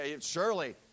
surely